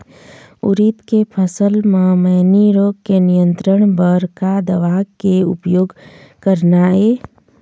उरीद के फसल म मैनी रोग के नियंत्रण बर का दवा के उपयोग करना ये?